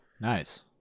Nice